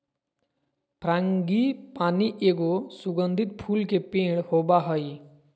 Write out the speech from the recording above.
frangipani एगो सुगंधित फूल के पेड़ होबा हइ